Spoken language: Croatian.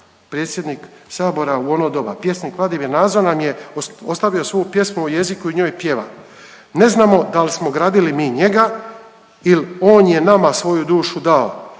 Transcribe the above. Predsjednik Sabora u ono doba, pjesnik Vladimir Nazor nam je ostavio svoju pjesmu o jeziku i njoj pjeva. Ne znamo da li smo gradili mi njega ili on je nama svoju dušu dao,